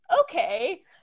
okay